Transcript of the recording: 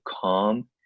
calm